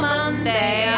Monday